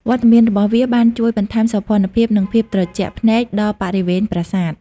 វត្តមានរបស់វាបានជួយ បន្ថែមសោភ័ណភាព និងភាពត្រជាក់ភ្នែក ដល់បរិវេណប្រាសាទ។